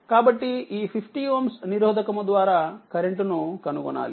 కాబట్టిఈ 50Ω నిరోధకము ద్వారాకరెంట్ను కనుగొనాలి